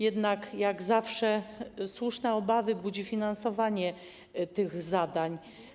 Jednak, jak zawsze, słuszne obawy budzi finansowanie tych zadań.